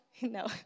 No